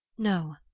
no,